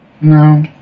No